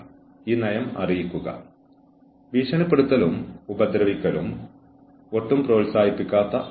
പക്ഷേ ജീവനക്കാരനെ വിജയിപ്പിക്കാൻ ഓർഗനൈസേഷൻ ആഗ്രഹിക്കുന്നു